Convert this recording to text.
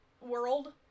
world